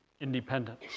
independence